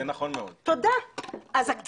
נכון, זה נכון מאוד.